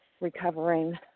recovering